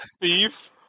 thief